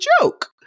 joke